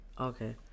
Okay